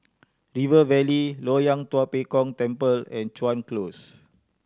River Valley Loyang Tua Pek Kong Temple and Chuan Close